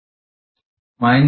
minus क्यों